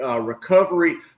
Recovery